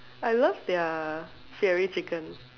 I love their fiery chicken